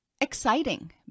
exciting